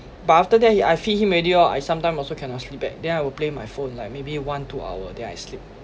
but after that he I feed him already orh I sometime also cannot sleep back then I will play my phone like maybe one two hour then I sleep